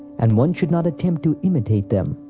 and one should not attempt to imitate them.